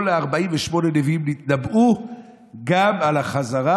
כל 48 נביאים התנבאו גם על החזרה.